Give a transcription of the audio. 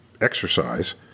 exercise